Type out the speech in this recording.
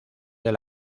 del